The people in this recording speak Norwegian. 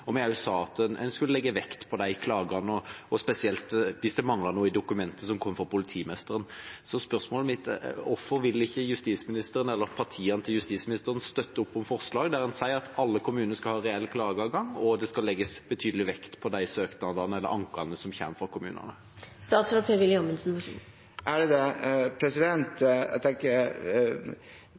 sa også at en skulle legge vekt på klagene, spesielt hvis det manglet noe i dokumentet som kom fra politimesteren. Spørsmålet mitt er: Hvorfor vil ikke justisministeren, eller partiene til justisministeren, støtte opp om forslag der en sier at alle kommuner skal ha reell klageadgang, og at det skal legges betydelig vekt på de ankene som kommer fra kommunene?